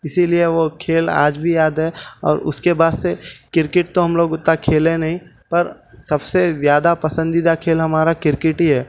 اسی لئے وہ کھیل آج بھی یاد ہے اور اس کے بعد سے کرکٹ تو ہم لوگ اتنا کھیلے نہیں پر سب سے زیادہ پسندیدہ کھیل ہمارا کرکٹ ہی ہے